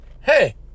hey